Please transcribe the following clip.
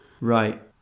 Right